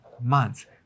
months